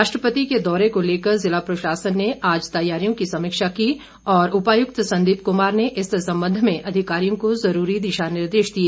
राष्ट्रपति के दौरे को लेकर ज़िला प्रशासन ने आज तैयारियों की समीक्षा की और उपायुक्त संदीप कुमार ने इस संबंध में अधिकारियों को जरूरी दिशा निर्देश दिए